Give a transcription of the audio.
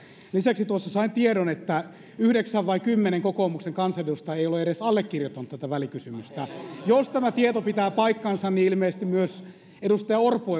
lisäksi tuossa sain tiedon että yhdeksän vai kymmenen kokoomuksen kansanedustajaa ei ole edes allekirjoittanut tätä välikysymystä jos tämä tieto pitää paikkansa niin ilmeisesti myös edustaja orpo